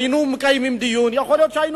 היינו מקיימים דיון ויכול להיות שהיינו